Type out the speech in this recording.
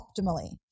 optimally